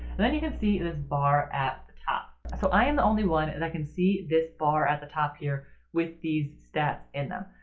and then you can see this bar at the top. so i am the only one that can see this bar at the top here with these stats in them.